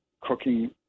cooking